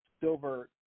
silver